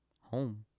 home